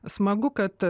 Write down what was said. smagu kad